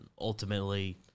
ultimately